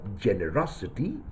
generosity